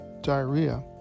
diarrhea